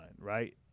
Right